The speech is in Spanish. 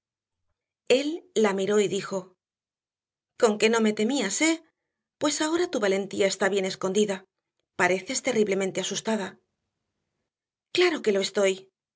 él la miró y dijo conque no me temías eh pues ahora tu valentía está bien escondida pareces terriblemente asustada claro que lo estoy